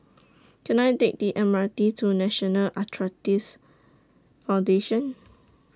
Can I Take The M R T to National Arthritis Foundation